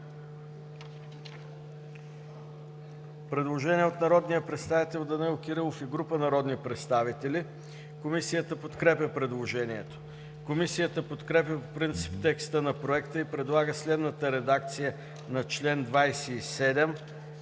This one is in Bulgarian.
предложение от народния представител Данаил Кирилов и група народни представители. Комисията подкрепя предложението. Комисията подкрепя по принцип текста на Проекта и предлага следната редакция за чл. 27,